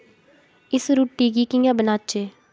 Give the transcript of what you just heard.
इस रूट्टी गी कि'यां बनाचै